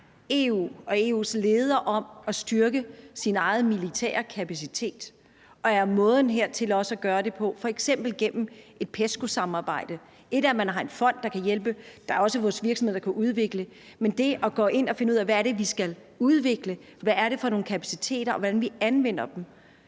EU og EU's ledere om at styrke sin egen militære kapacitet? Og er måden at gøre det på f.eks. et PESCO-samarbejde? Et er, at man har en fond, der kan hjælpe. Der er også vores virksomheder, der kan udvikle ting. Men det at gå ind og finde ud af, hvad vi skal udvikle, og hvad det er for nogle kapaciteter, og hvordan vi anvender dem,